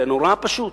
זה נורא פשוט.